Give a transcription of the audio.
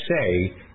say